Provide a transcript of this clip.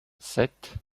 sept